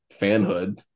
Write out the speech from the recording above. fanhood